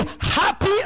happy